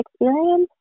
experience